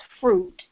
fruit